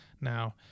Now